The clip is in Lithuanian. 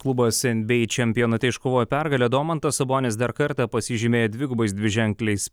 klubas nba čempionate iškovojo pergalę domantas sabonis dar kartą pasižymėjo dvigubais dviženkliais